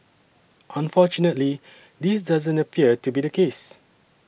unfortunately this doesn't appear to be the case